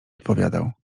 odpowiadał